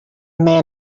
man